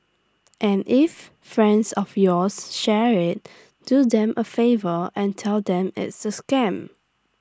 and if friends of yours share IT do them A favour and tell them it's A scam